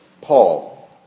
Paul